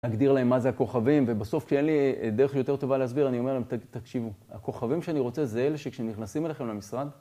נגדיר להם מה זה הכוכבים ובסוף כשאין לי דרך יותר טובה להסביר אני אומר להם תקשיבו הכוכבים שאני רוצה זה אלה שנכנסים אליכם למשרד